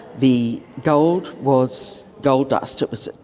the gold was gold dust, it was,